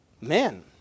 men